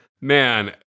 Man